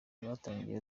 rwatangiye